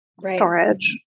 storage